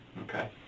Okay